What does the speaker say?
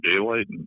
daylight